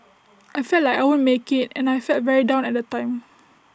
I felt like I won't make IT and I felt very down at the time